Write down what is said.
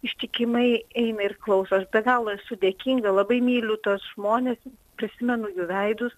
ištikimai eina ir klausos be galo esu dėkinga labai myliu tuos žmones prisimenu jų veidus